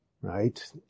right